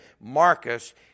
Marcus